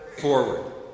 forward